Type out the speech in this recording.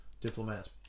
Diplomats